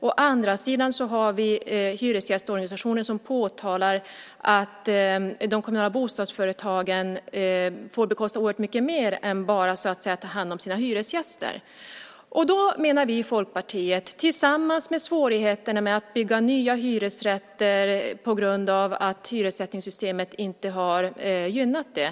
Å andra sidan har vi hyresgästorganisationen som påtalar att de kommunala bostadsföretagen får bekosta oerhört mycket mer än att bara ta hand om sina hyresgäster. Till detta kommer svårigheterna med att bygga nya hyresrätter på grund av att hyressättningssystemet inte har gynnat detta.